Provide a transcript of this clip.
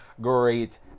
great